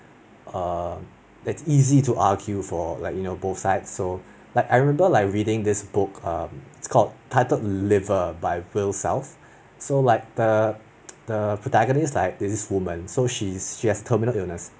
that's easy to argue for like you know both side so like I remember like reading this book um it's called titled Liver by Will Self so like the the protagonist like is this woman so she is she has terminal illness